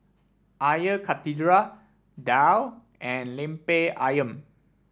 Air Karthira Daal and Lemper ayam